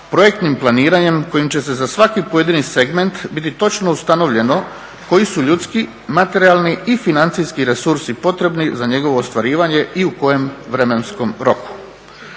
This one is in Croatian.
projektnim planiranjem kojim će se za svaki pojedini segment biti točno ustanovljeno koji su ljudski, materijalni i financijski resursi potrebni za njegovo ostvarivanje i u kojem vremenskom roku.